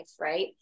right